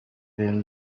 بهم